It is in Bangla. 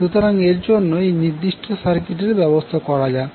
সুতরাং এর জন্য এই নির্দিষ্ট সার্কিটের ব্যবস্থা ধরা যাক